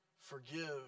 forgive